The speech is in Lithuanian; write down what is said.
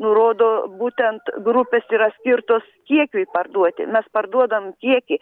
nurodo būtent grupės yra skirtos kiekiui parduoti mes parduodam kiekį